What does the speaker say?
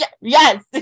yes